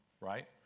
right